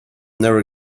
never